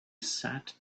sat